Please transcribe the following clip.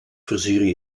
verzuren